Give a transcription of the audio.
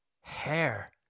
Hair